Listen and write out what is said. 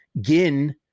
Gin